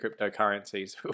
cryptocurrencies